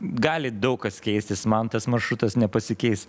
gali daug kas keistis man tas maršrutas nepasikeis